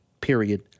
period